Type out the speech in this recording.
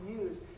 use